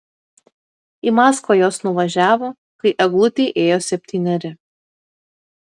į maskvą jos nuvažiavo kai eglutei ėjo septyneri